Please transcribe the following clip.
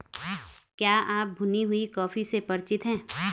क्या आप भुनी हुई कॉफी से परिचित हैं?